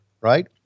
right